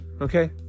Okay